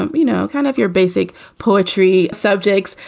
and you know, kind of your basic poetry subjects.